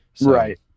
Right